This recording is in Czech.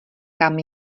kam